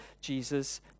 Jesus